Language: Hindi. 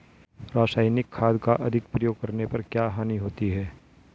रासायनिक खाद का अधिक प्रयोग करने पर क्या हानि होती है?